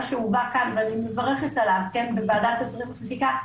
שהובא כאן ואני מברכת עליו בוועדת השרים לחקיקה,